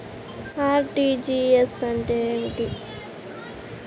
RTGS అంటే ఏమిటి?